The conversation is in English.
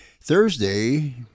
Thursday